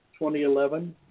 2011